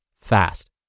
fast